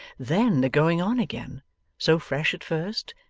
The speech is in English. then the going on again so fresh at first,